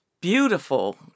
beautiful